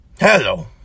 Hello